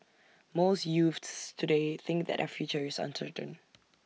most youths today think that their future is uncertain